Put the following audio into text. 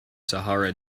sahara